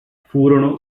furono